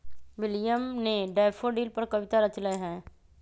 William ने daffodil पर कविता रच लय है